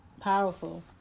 Powerful